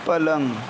पलंग